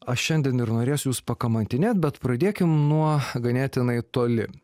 aš šiandien ir norėsiu jus pakamantinėt bet pradėkim nuo ganėtinai toli